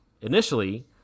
initially